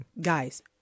guys